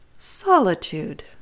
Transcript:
Solitude